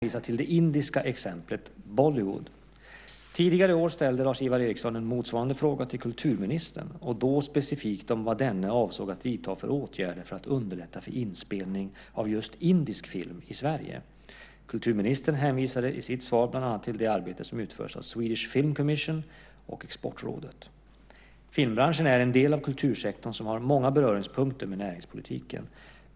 Herr talman! Lars-Ivar Ericson har frågat mig vilka åtgärder jag är beredd att vidta för att stimulera utländska filmbolag till filminspelningar i Sverige. Han har hänvisat till det indiska exemplet, Bollywood. Tidigare i år ställde Lars-Ivar Ericson en motsvarande fråga till kulturministern, och då specifikt om vad denne avsåg att vidta för åtgärder för att underlätta för inspelning av just indisk film i Sverige. Kulturministern hänvisade i sitt svar bland annat till det arbete som utförts av Swedish Film Commission och Exportrådet. Filmbranschen är en del av kultursektorn som har många beröringspunkter med näringspolitiken.